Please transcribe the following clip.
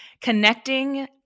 connecting